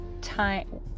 time